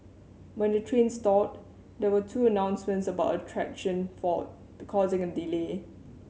when the train stalled there were two announcements about a traction fault be causing a delay